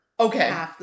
Okay